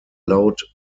laut